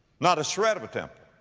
not a shred of a temple.